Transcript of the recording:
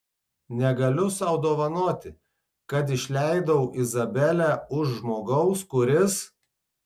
negaliu sau dovanoti kad išleidau izabelę už žmogaus kuris